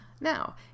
Now